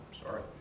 Sorry